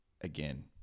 again